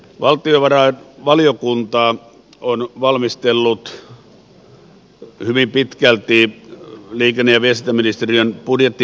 valtio varain valiokunta viestintäministeriön budjettimietintöä pitäytyen hyvin pitkälti yli genevestä ministeriön budjetti